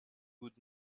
would